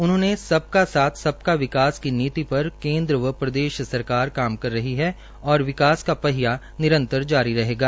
उन्होंने सबका साथ सबका विकास की नीति पर केन्द्र व प्रदेश सरकार काम कर रही है और विकास का पहिया निरंतर जारी रहेगा